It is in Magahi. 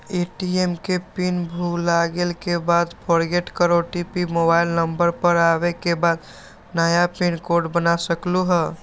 ए.टी.एम के पिन भुलागेल के बाद फोरगेट कर ओ.टी.पी मोबाइल नंबर पर आवे के बाद नया पिन कोड बना सकलहु ह?